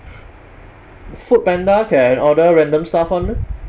foodpanda can order random stuff [one] meh